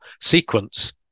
sequence